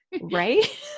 Right